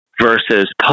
versus